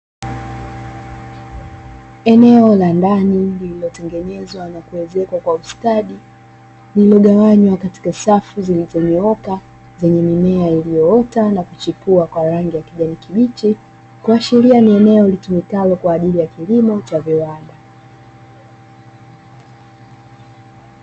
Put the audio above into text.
Eneo la ndani lililotengenezwa na kuezekwa kwa ustadi, lililogawanywa katika safu zilizonyooka, zenye mimea iliyoota na kuchipua kwa rangi ya kijani kibichi, kuashiria ni eneo litumikalo kwa ajili ya kilimo cha viwanda.